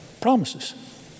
Promises